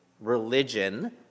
religion